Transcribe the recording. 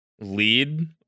lead